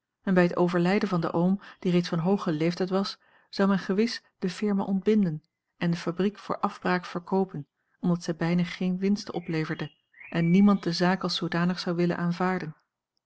en bij het overlijden van den oom die reeds van hoogen leeftijd was zou men gewis de firma ontbinden en de fabriek voor afbraak verkoopen omdat zij bijna geene winsten opleverde en niemand de zaak als zoodanig zou willen aanvaarden